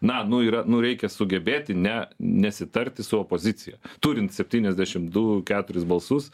na nu yra nu reikia sugebėti ne nesitarti su opozicija turint septyniasdešim du keturis balsus